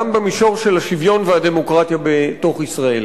גם במישור של השוויון והדמוקרטיה בתוך ישראל.